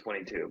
2022